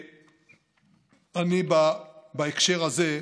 בהקשר הזה,